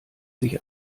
sich